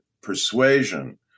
persuasion